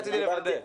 הגבוהה והמשלימה,